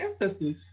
ancestors